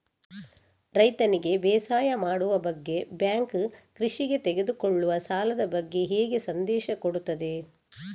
ರೈತನಿಗೆ ಬೇಸಾಯ ಮಾಡುವ ಬಗ್ಗೆ ಬ್ಯಾಂಕ್ ಕೃಷಿಗೆ ತೆಗೆದುಕೊಳ್ಳುವ ಸಾಲದ ಬಗ್ಗೆ ಹೇಗೆ ಸಂದೇಶ ಕೊಡುತ್ತದೆ?